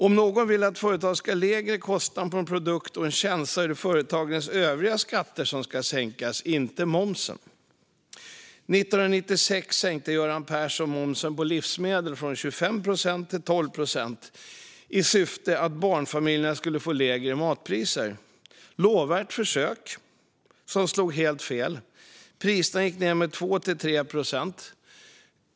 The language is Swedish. Om man vill att företagen ska ha lägre kostnad för en produkt och tjänst är det företagens övriga skatter man ska sänka, inte momsen. År 1996 sänkte Göran Persson momsen på livsmedel från 25 procent till 12 procent i syfte att barnfamiljerna skulle få lägre matpriser - ett lovvärt försök som slog helt fel. Priserna gick ned med 2-3 procent.